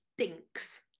stinks